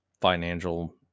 financial